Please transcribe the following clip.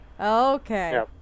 Okay